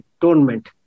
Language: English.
tournament